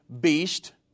beast